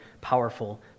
powerful